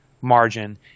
margin